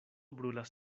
brulas